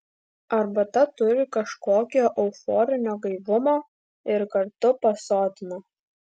arbata turi kažkokio euforinio gaivumo ir kartu pasotina